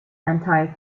anti